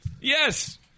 Yes